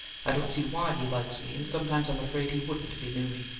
i don't see why he likes me and sometimes i'm afraid he wouldn't if he knew me.